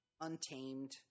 untamed